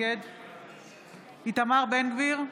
נגד איתמר בן גביר,